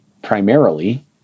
primarily